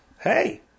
hey